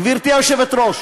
גברתי היושבת-ראש,